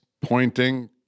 pointing